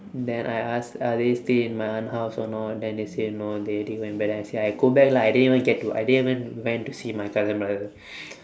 then I ask are they still in my aunt house or not then they say no they already went back then I say I go back lah I didn't even get to I didn't even went to see my cousin brother